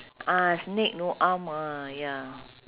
ah snake no arm ah ya